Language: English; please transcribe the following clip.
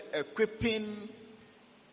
equipping